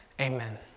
amen